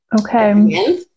Okay